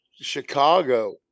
chicago